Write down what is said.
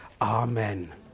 Amen